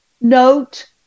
note